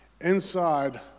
inside